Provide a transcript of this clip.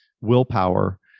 willpower